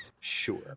sure